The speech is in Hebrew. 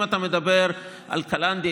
אם אתה מדבר על קלנדיה,